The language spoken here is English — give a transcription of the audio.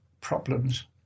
problems